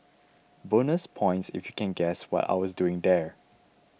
bonus points if you can guess what I was doing there